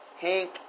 Hank